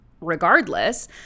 regardless